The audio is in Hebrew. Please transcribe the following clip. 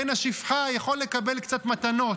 בן השפחה יכול לקבל קצת מתנות,